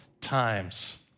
times